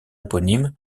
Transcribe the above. éponyme